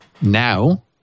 Now